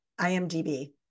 IMDb